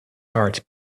heart